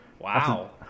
Wow